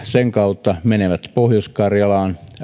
sen kautta menevät pohjois karjalaan